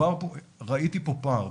ראיתי פה פער,